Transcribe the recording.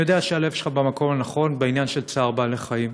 יודע שהלב שלך במקום הנכון בעניין של צער בעלי-חיים,